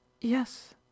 Yes